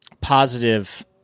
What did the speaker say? positive